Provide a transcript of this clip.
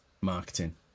marketing